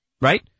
right